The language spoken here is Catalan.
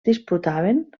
disputaven